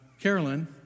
Carolyn